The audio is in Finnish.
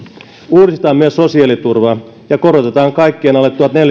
uudistetaan myös sosiaaliturva ja korotetaan kaikkien alle tuhatneljäsataa